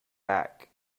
back